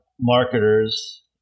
marketers